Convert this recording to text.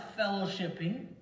fellowshipping